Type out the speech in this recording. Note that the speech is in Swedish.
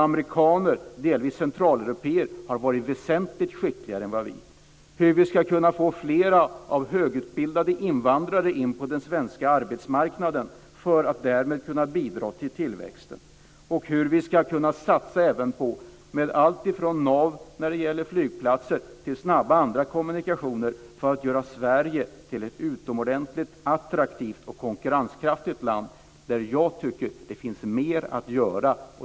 Amerikaner och delvis centraleuropéer har varit väsentligt skickligare än vi på detta. Hur ska vi kunna få in fler högutbildade invandrare på den svenska arbetsmarknaden för att därmed kunna bidra till tillväxten? Hur ska vi kunna satsa på allt från nav, när det gäller flygplatser, till andra snabba kommunikationer för att göra Sverige till ett utomordentligt attraktivt och konkurrenskraftigt land? Jag tycker att det finns mer att göra.